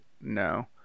no